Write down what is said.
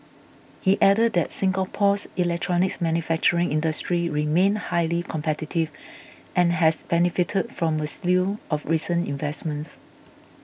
he added that Singapore's electronics manufacturing industry remained highly competitive and has benefited from a slew of recent investments